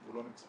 והוא לא נמצא.